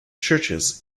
churches